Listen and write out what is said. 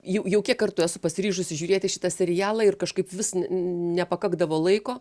jau jau kiek kartų esu pasiryžusi žiūrėti šitą serialą ir kažkaip vis nepakakdavo laiko